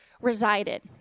resided